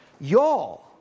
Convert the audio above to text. y'all